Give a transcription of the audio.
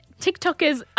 TikTokers